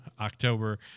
October